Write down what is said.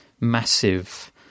massive